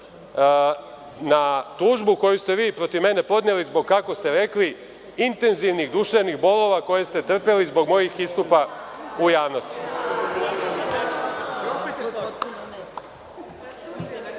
na tužbu koju ste vi protiv mene podneli zbog, kako ste rekli, „intenzivnih duševnih bolova“ koje ste trpeli zbog mojih istupa u javnosti.